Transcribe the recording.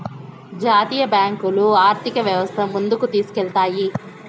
జాతీయ బ్యాంకులు ఆర్థిక వ్యవస్థను ముందుకు తీసుకెళ్తాయి